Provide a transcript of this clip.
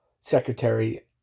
Secretary